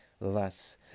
Thus